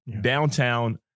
downtown